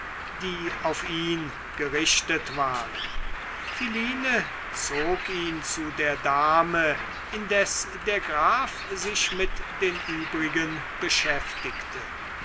die auf ihn gerichtet waren philine zog ihn zu der dame indes der graf sich mit den übrigen beschäftigte